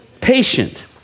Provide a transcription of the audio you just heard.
Patient